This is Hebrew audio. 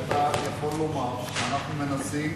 שאתה יכול לומר, אנחנו מנסים